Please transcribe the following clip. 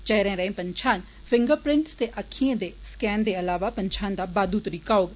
चेहरे राए पंछान फिंगर प्रिंट ते अक्खिएं दे स्कैन दे अलावा पन्छान दा बाद्दू तरीका होग